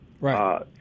Right